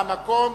ההנמקה מהמקום,